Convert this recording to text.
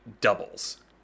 doubles